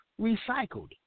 recycled